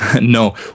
No